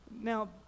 Now